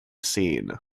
seen